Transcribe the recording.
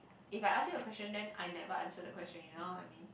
if I ask you a question then I never answer the question you know what I mean